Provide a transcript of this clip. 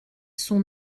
sont